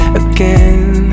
again